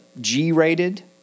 G-rated